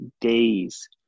days